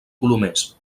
colomers